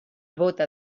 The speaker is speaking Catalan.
bóta